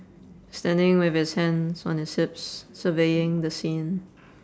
standing with his hands on his hips surveying the scene